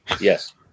Yes